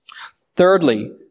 Thirdly